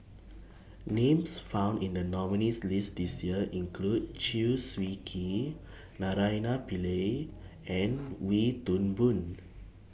Names found in The nominees' list This Year include Chew Swee Kee Naraina Pillai and Wee Toon Boon